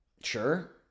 Sure